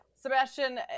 Sebastian